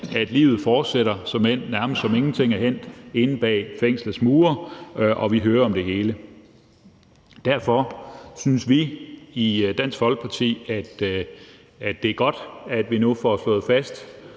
at livet fortsætter, nærmest som om ingenting er hændt, inde bag fængslets mure, og at vi hører om det hele? Derfor synes vi i Dansk Folkeparti, at det er godt, at vi nu med et flertal